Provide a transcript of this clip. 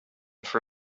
for